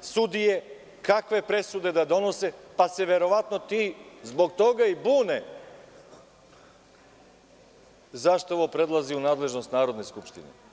sudije, kakve presude da donose, pa se verovatno zbog toga i bune zašto ovo prelazi u nadležnost Narodne skupštine.